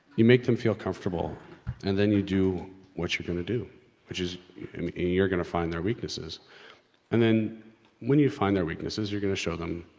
you make them feel comfortable and then you do what you're gonna do which is and a you're gonna find their weaknesses and then when you find their weaknesses you're gonna show them